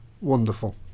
Wonderful